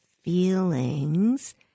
feelings